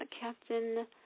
Captain